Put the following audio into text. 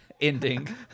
ending